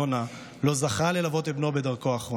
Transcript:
יונה לא זכה ללוות את בנו בדרכו האחרונה.